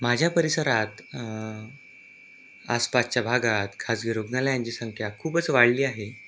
माझ्या परिसरात आसपासच्या भागात खाजगी रुग्णालयांची संख्या खूपच वाढली आहे